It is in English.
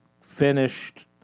finished